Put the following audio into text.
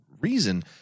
reason